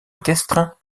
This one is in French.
équestre